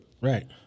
Right